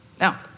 Now